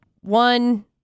one